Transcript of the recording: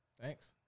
Thanks